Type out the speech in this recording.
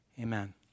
Amen